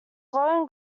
sloan